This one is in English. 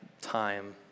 time